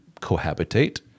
cohabitate